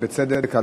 ובצדק,